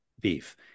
beef